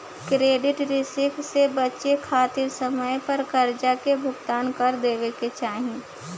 credit risk से बचे खातिर समय पर करजा के भुगतान कर देवे के चाही